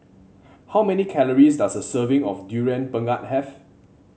how many calories does a serving of Durian Pengat have